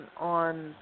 on